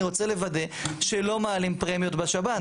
אני רוצה לוודא שלא מעלים פרמיות בשב"ן,